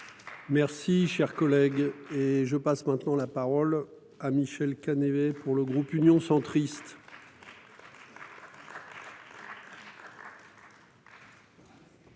Merci cher collègue. Et je passe maintenant la parole à Michèle Canet. Mais pour le groupe Union centriste.